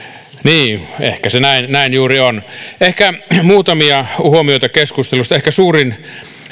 niin ehkä se näin juuri on muutamia huomioita keskustelusta ehkä suurin